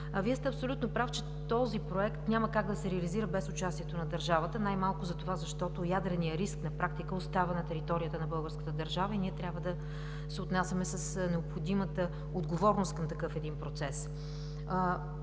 Вие сте абсолютно прав, че този Проект няма как да се реализира без участието на държавата, най-малко затова, защото ядреният риск на практика остава на територията на българската държава и ние трябва да се отнасяме с необходимата отговорност към такъв процес.